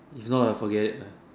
if not ah forget it lah